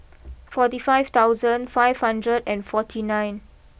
forty five thousand five hundred and forty nine